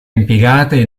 impiegate